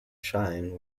shine